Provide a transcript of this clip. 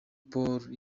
pool